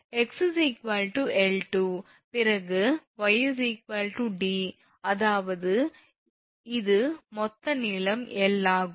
𝑥 𝐿2 பிறகு 𝑦 𝑑 அதாவது இது மொத்த நீளம் L ஆகும்